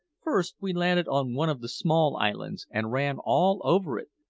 first we landed on one of the small islands and ran all over it,